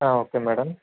okay madam